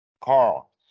Carl